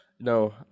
No